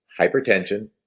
hypertension